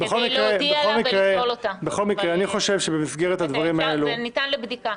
כדי להודיע לה ולשאול אותה, זה ניתן לבדיקה.